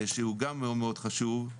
שהוא גם חשוב מאוד,